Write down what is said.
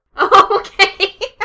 Okay